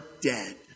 dead